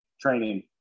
training